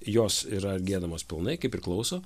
jos yra giedamos pilnai kaip priklauso